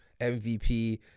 MVP